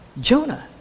Jonah